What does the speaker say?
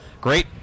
great